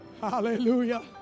Hallelujah